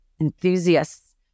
enthusiasts